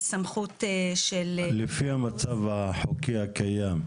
לפי המצב החוקי הקיים,